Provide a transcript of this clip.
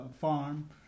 farm